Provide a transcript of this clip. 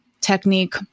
technique